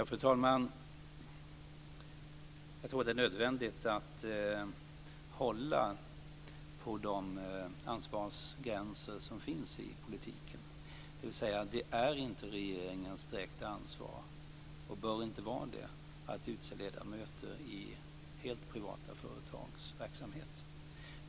Fru talman! Det är nödvändigt att hålla på de ansvarsgränser som finns i politiken. Det är inte regeringens direkta ansvar - och bör inte vara det - att utse ledamöter i helt privata företags verksamheter.